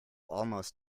almost